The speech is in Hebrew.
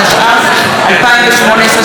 התשע"ח 2018,